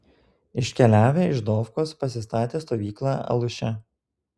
iškeliavę iš dofkos pasistatė stovyklą aluše